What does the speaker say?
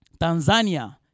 Tanzania